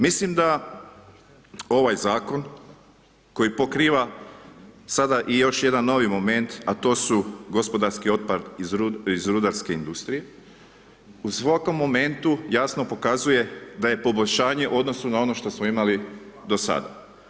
Mislim da ovaj zakon koji pokriva sada i još jedan novi moment a to su gospodarski otpad iz rudarske industrije, u svakom momentu jasno pokazuje da je poboljšanje u odnosu na ono što smo imali do sada.